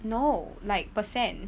no like percent